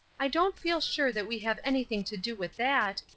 i don't feel sure that we have anything to do with that,